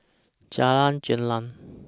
Jalan Gelam